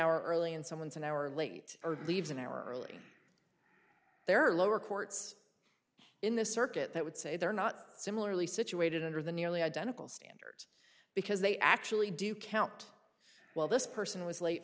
hour early and someone's an hour late or leaves an hour early there are lower courts in the circuit that would say they're not similarly situated under the nearly identical standards because they actually do count while this person was late